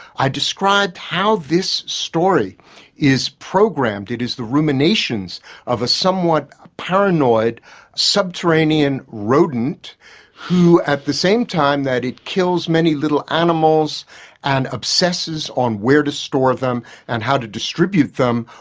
i described how this story is programmed, it is the ruminations of a somewhat paranoid subterranean rodent who at the same time that it kills many little animals and obsesses on where to store them and how to distribute them,